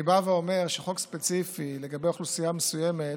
אני בא ואומר שחוק ספציפי לגבי אוכלוסייה מסוימת